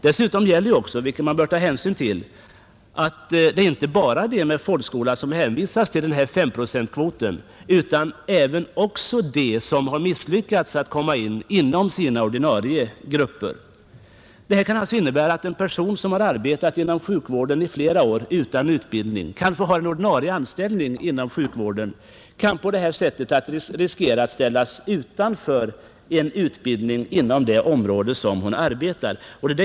Dessutom gäller — vilket man bör ta hänsyn till — att det inte enbart är de med folkskola som hänvisas till denna kvot utan också de som har misslyckats att komma in inom sina ordinarie kompetensgrupper. Det här kan alltså innebära, att en person som arbetat inom sjukvården i flera år utan utbildning — och kanske har en ordinarie anställning inom sjukvården — kan riskera att ställas utanför en utbildning inom sitt arbetsområde.